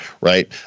right